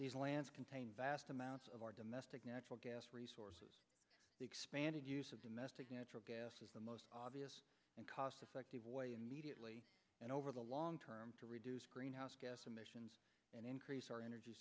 these lands contain vast amounts of our domestic natural gas resources expanded use of domestic natural gas is the most obvious and cost effective way in mediately and over the long term to reduce greenhouse gas emissions and increase our energy